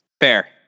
Fair